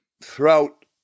throughout